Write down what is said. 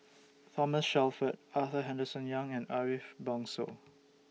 Thomas Shelford Arthur Henderson Young and Ariff Bongso